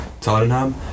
Tottenham